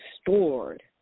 stored